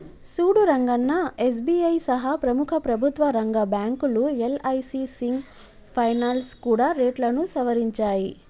సూడు రంగన్నా ఎస్.బి.ఐ సహా ప్రముఖ ప్రభుత్వ రంగ బ్యాంకులు యల్.ఐ.సి సింగ్ ఫైనాల్స్ కూడా రేట్లను సవరించాయి